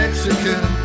Mexican